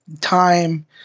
time